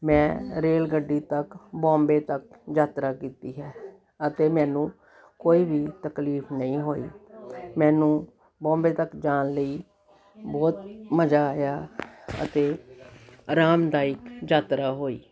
ਮੈਂ ਰੇਲ ਗੱਡੀ ਤੱਕ ਬੋਂਬੇ ਤੱਕ ਯਾਤਰਾ ਕੀਤੀ ਹੈ ਅਤੇ ਮੈਨੂੰ ਕੋਈ ਵੀ ਤਕਲੀਫ ਨਹੀਂ ਹੋਈ ਮੈਨੂੰ ਬੋਂਬੇ ਤੱਕ ਜਾਣ ਲਈ ਬਹੁਤ ਮਜ਼ਾ ਆਇਆ ਅਤੇ ਆਰਾਮਦਾਇਕ ਯਾਤਰਾ ਹੋਈ